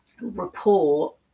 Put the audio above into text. report